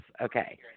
Okay